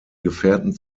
gefährten